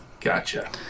gotcha